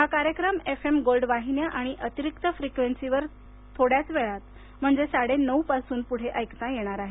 हा कार्यक्रम FM gold वाहिन्या आणि अतिरिक्त फ्रिक्वेन्सीवर थोड्याच वेळात म्हणजे साडे नऊपासून पुढे ऐकता येणार आहेत